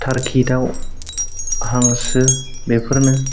थारखि दाउ हांसो बेफोरनो